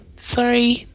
Sorry